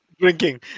Drinking